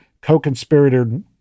Co-Conspirator